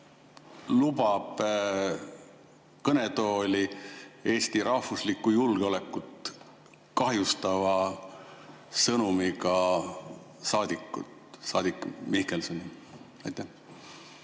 lubab kõnetooli Eesti rahvuslikku julgeolekut kahjustava sõnumiga saadiku, saadik Mihkelsoni? Aitäh!